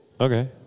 Okay